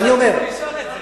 אני רציתי לשאול את זה.